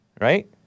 Right